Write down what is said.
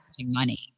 money